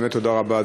באמת תודה רבה,